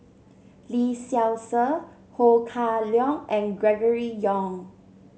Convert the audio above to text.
Lee Seow Ser Ho Kah Leong and Gregory Yong